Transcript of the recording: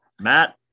Matt